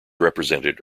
represented